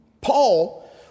Paul